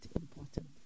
important